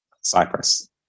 Cyprus